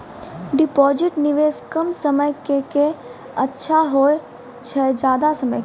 Deposit निवेश कम समय के के अच्छा होय छै ज्यादा समय के?